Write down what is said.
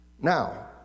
Now